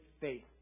faith